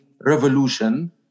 revolution